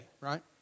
right